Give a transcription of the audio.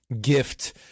gift